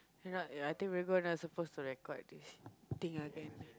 you're not ya I think we're gonna supposed to record this think again